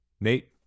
Nate